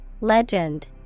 Legend